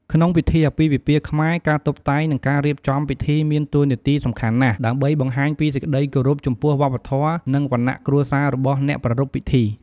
ក្នុងពិធីអាពាហ៍ពិពាហ៍ខ្មែរ ការតុបតែង និងការរៀបចំពិធីមានតួនាទីសំខាន់ណាស់ ដើម្បីបង្ហាញពីសេចក្តីគោរពចំពោះវប្បធម៌ និងវណ្ណៈគ្រួសាររបស់អ្នកប្រារព្ធពិធី។